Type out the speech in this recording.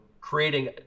creating